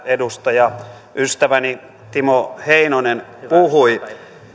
edustaja ystäväni timo heinonen puhui